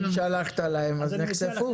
אם שלחת להם אז נחשפו.